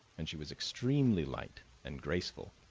and she was extremely light and graceful,